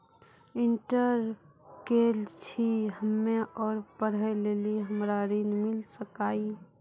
Inter केल छी हम्मे और पढ़े लेली हमरा ऋण मिल सकाई?